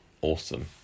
Awesome